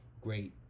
Great